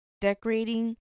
Decorating